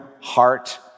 heart